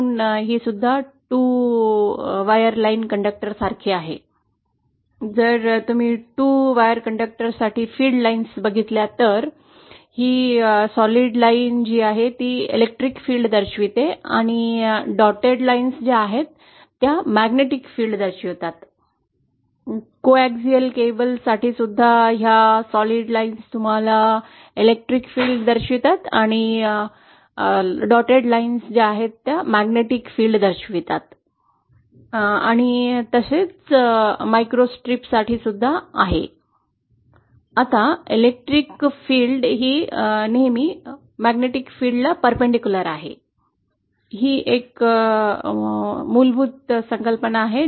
म्हणूनच काही TE आणि TM सोल्यूशन असले तरीही TEM मोड हा प्रबल मोड आहे